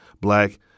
Black